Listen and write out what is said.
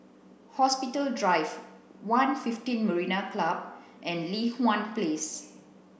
Hospital Drive One fifteen Marina Club and Li Hwan Place